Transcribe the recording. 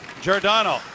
Giordano